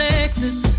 Lexus